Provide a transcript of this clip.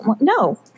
No